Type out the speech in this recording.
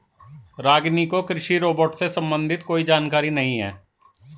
रागिनी को कृषि रोबोट से संबंधित कोई जानकारी नहीं है